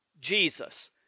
Jesus